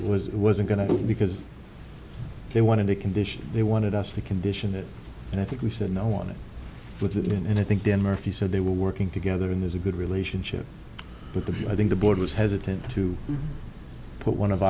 it was wasn't going to be because they wanted a condition they wanted us to condition it and i think we said no on it within and i think then murphy said they were working together and there's a good relationship with them i think the board was hesitant to put one of